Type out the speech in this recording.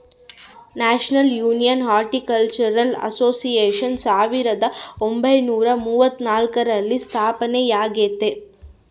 national junior horticultural association ಸಾವಿರದ ಒಂಬೈನುರ ಮೂವತ್ನಾಲ್ಕರಲ್ಲಿ ಸ್ಥಾಪನೆಯಾಗೆತೆ